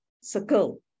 circle